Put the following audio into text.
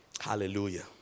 Hallelujah